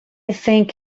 think